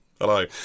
hello